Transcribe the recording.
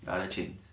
the other chains